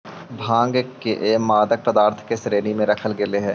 भाँग के मादक पदार्थ के श्रेणी में रखल गेले हइ